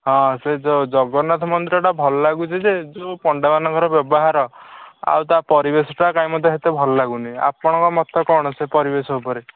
ହଁ ସେ ଜଗନ୍ନାଥ ମନ୍ଦିରଟା ଭଲ ଲାଗୁଛି ଯେ ଯେଉଁ ପଣ୍ଡାମାନଙ୍କର ବ୍ୟବହାର ଆଉ ତା ପରିବେଶଟା କାଇଁ ମୋତେ ହେତେ ଭଲ ଲାଗୁନି ଆପଣଙ୍କ ମତ କ'ଣ ସେ ପରିବେଶ ଉପରେ